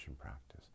practice